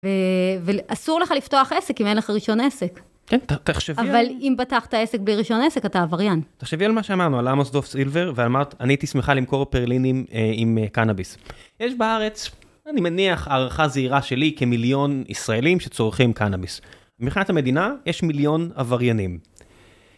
ואסור לך לפתוח עסק אם אין לך ראשון עסק. כן, תחשבי... אבל אם פטחת עסק בלי ראשון עסק, אתה עבריין. תחשבי על מה שאמרנו, על עמוס דוף סילבר, ואמרת, אני הייתי שמחה למכור פרלינים עם קנאביס. יש בארץ, אני מניח הערכה זהירה שלי, כמיליון ישראלים שצורכים קנאביס. מבחינת המדינה, יש מיליון עבריינים.